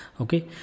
okay